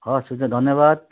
हस् हुन्छ धन्यवाद